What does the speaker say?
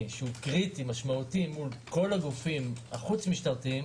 שהוא קריטי ומשמעותי מול כל הגופים החוץ המשטרתיים